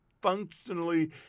functionally